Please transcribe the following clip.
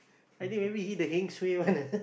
I think maybe he the heng suay one ah